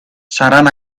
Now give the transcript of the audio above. seran